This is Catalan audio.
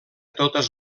totes